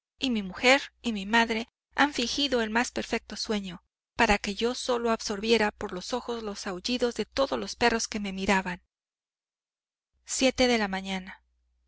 y mi mujer y mi madre han fingido el más perfecto sueño para que yo solo absorbiera por los ojos los aullidos de todos los perros que me miraban a